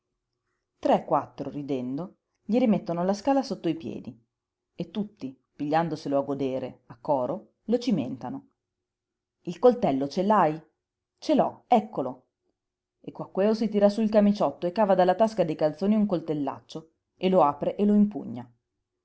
tre quattro ridendo gli rimettono la scala sotto i piedi e tutti pigliandoselo a godere a coro lo cimentano il coltello ce l'hai ce l'ho eccolo e quaquèo si tira sú il camiciotto e cava dalla tasca dei calzoni un coltellaccio e lo apre e lo impugna